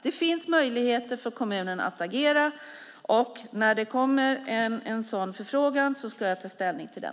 Det finns möjligheter för kommunen att agera, och när det kommer en sådan förfrågan ska jag ta ställning till den.